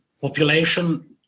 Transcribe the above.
population